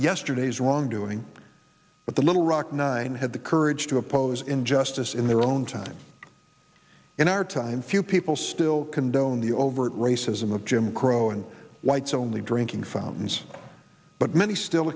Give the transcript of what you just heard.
yesterday's wrongdoing but the little rock nine had the courage to oppose injustice in their own time in our time few people still condone the overt racism of jim crow and whites only drinking fountains but many still